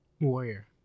Warrior